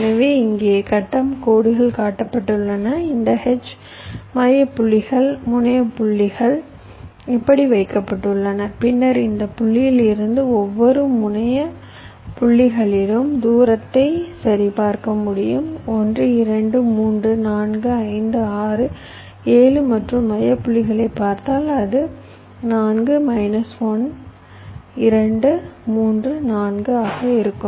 எனவே இங்கே கட்டம் கோடுகள் காட்டப்பட்டுள்ளன இந்த H மைய புள்ளிகள் முனைய புள்ளிகள் இப்படி வைக்கப்பட்டுள்ளன பின்னர் இந்த புள்ளியில் இருந்து ஒவ்வொரு முனைய புள்ளிகளிலும் தூரத்தை சரிபார்க்க முடியும் 1 2 3 4 5 6 7 மற்றும் மைய புள்ளியைப் பார்த்தால் அது 4 1 2 3 4 ஆக இருக்கும்